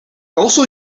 also